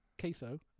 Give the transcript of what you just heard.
Queso